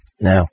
Now